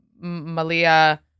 Malia